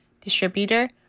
Distributor